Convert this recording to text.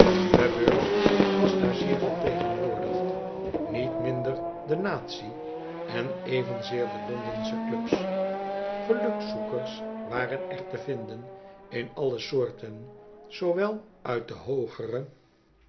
de beurs was daar zeer vertegenwoordigd niet minder de natie en evenzeer de londensche clubs gelukzoekers waren er te vinden in alle soorten zoowel uit de hoogere